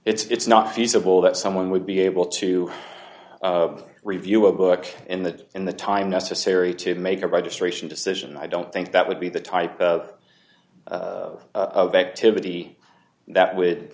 it's not feasible that someone would be able to review a book in the in the time necessary to make a registration decision i don't think that would be the type of activity that would